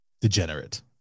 degenerate